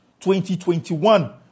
2021